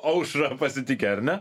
aušrą pasitikę ar ne